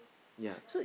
yea